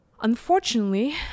Unfortunately